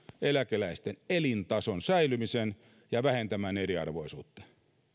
eläkeläisten elintason säilymisen ja vähentämään eriarvoisuutta